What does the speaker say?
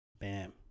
Bam